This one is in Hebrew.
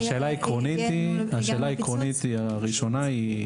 השאלה העקרונית הראשונה היא: